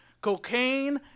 cocaine